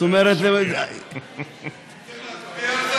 זאת אומרת, צריך להצביע על זה?